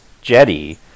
Jetty